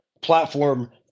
platform